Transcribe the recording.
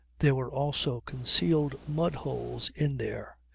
there were also concealed mudholes in there.